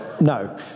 No